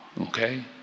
Okay